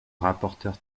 rapporteur